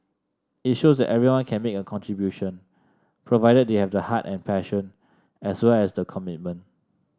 it shows that everyone can make a contribution provided they have the heart and passion as well as the commitment